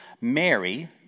Mary